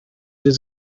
des